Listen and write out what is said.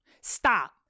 Stop